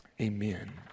Amen